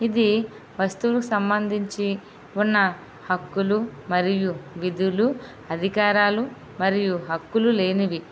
ఇది వస్తువులు సంబంధించి ఉన్న హక్కులు మరియు విధులు అధికారాలు మరియు హక్కులు లేనివి